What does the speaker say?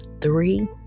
three